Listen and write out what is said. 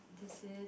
this is